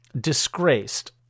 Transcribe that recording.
disgraced